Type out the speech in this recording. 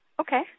Okay